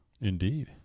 Indeed